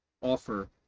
offer